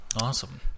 Awesome